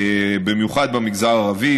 במיוחד במגזר הערבי.